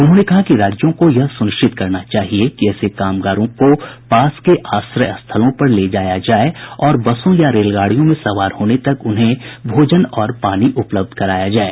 उन्होंने कहा कि राज्यों को यह सुनिश्चित करना चाहिए कि ऐसे कामगारों को पास के आश्रय स्थलों पर ले जाया जाये और बसों या रेलगाडियों में सवार होने तक उन्हें भोजन और पानी उपलब्ध कराया जाये